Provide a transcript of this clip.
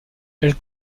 elle